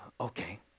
Okay